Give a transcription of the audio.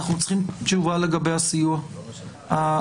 אנחנו צריכים תשובה לגבי הסיוע המשפטי.